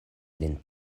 lin